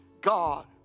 God